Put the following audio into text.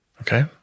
Okay